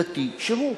דתי שהוא.